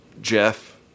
Jeff